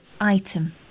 item